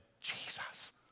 Jesus